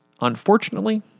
unfortunately